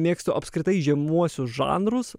mėgstu apskritai žemuosius žanrus